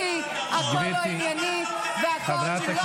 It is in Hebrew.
זה אתם.